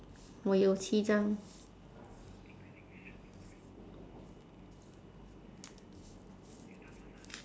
我有七张